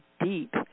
deep